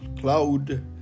Cloud